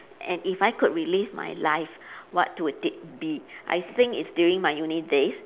and if I could relive my life what would it be I think it's during my uni days